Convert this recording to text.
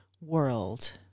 world